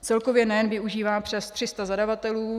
Celkově NEN využívá přes 300 zadavatelů.